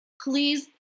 Please